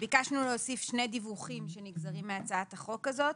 ביקשנו להוסיף שני דיווחים שנגזרים מהצעת החוק הזאת.